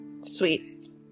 Sweet